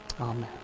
Amen